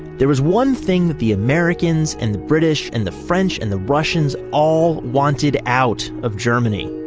there was one thing that the americans and the british and the french and the russians all wanted out of germany.